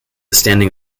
standing